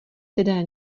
teda